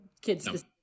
kids